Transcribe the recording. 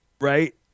right